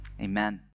amen